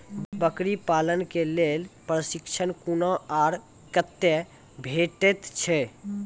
बकरी पालन के लेल प्रशिक्षण कूना आर कते भेटैत छै?